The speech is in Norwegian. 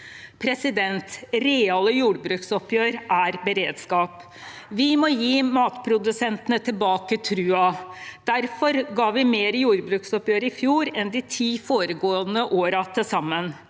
rapport. Reale jordbruksoppgjør er beredskap. Vi må gi matprodusentene tilbake troen. Derfor ga vi mer i jordbruksoppgjøret i fjor enn de ti foregående årene til sammen.